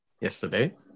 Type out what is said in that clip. yesterday